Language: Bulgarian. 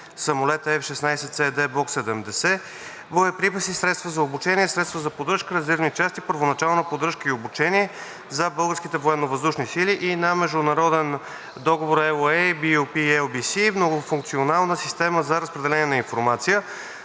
самолета F-16C/D Block 70, боеприпаси, средства за обучение, средства за поддръжка, резервни части, първоначална поддръжка и обучение за Българските военновъздушни сили“ и на Международен договор (LOA) BU-P-LBC „Многофункционална система за разпределение на информация